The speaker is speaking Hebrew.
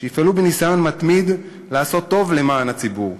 שיפעלו בניסיון מתמיד לעשות טוב למען הציבור,